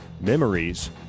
memories